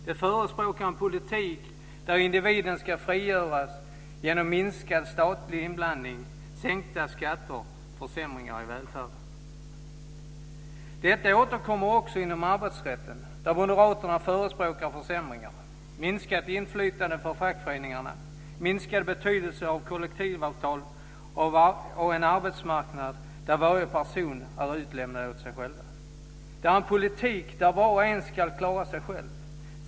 De förespråkar en politik där individen ska frigöras genom minskad statlig inblandning, sänkta skatter och försämringar i välfärden. Detta återkommer också inom arbetsrätten, där moderaterna förespråkar försämringar, minskat inflytande för fackföreningarna, minskad betydelse för kollektivavtal och en arbetsmarknad där varje person är utlämnad åt sig själv. Det är en politik där var och en ska klara sig själv.